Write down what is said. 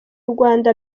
rwanda